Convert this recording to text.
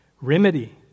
remedy